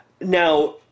Now